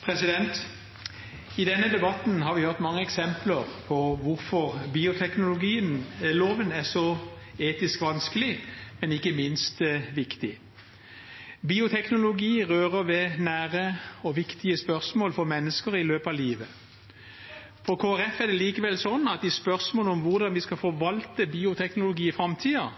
ferdig. I denne debatten har vi hørt mange eksempler på hvorfor bioteknologiloven er så etisk vanskelig, men ikke minst viktig. Bioteknologi rører ved nære og viktige spørsmål for mennesker i løpet av livet. For Kristelig Folkeparti er det likevel sånn at i spørsmål om hvordan vi skal forvalte bioteknologi i framtiden,